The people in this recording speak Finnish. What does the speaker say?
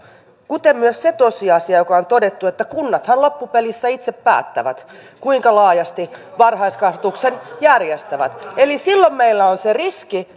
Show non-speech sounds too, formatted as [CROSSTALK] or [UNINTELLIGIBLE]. kuten myös se tosiasia joka on todettu että kunnathan loppupelissä itse päättävät kuinka laajasti varhaiskasvatuksen järjestävät eli silloin meillä on se riski [UNINTELLIGIBLE]